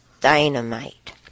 dynamite